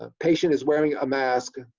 ah patient is wearing a mask,